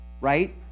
right